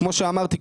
כמו שאמרתי,